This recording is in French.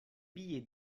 billets